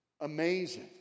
amazing